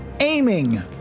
Aiming